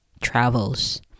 travels